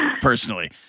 personally